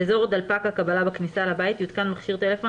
באזור דלפק הקבלה בכניסה לבית יותקן מכשיר טלפון